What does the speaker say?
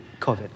COVID